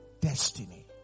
destiny